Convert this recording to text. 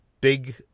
big